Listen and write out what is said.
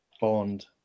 bond